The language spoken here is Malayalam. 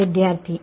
വിദ്യാർത്ഥി E